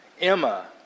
emma